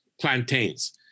plantains